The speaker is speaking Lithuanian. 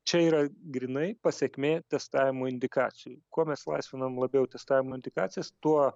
čia yra grynai pasekmė testavimo indikacijų kuo mes laisvinom labiau testavimo indikacijas tuo